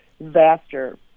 vaster